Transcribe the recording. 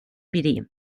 biriyim